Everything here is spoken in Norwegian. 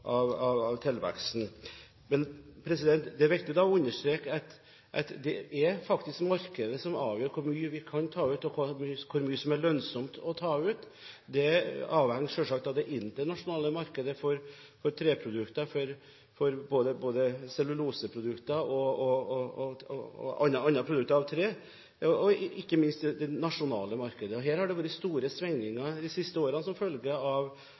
Men det er viktig å understreke at det faktisk er markedet som avgjør hvor mye vi kan ta ut, og hvor mye som er lønnsomt å ta ut. Det avhenger selvsagt av det internasjonale markedet for treprodukter, både for celluloseprodukter og for andre produkter av tre og ikke minst av det nasjonale markedet. Her har det vært store svingninger i de siste årene som følge av